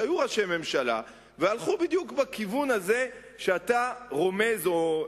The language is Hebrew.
שהיו ראשי ממשלה והלכו בכיוון שהזה שאתה רומז עליו,